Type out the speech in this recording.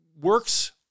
works